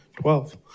Twelve